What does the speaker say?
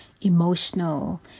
emotional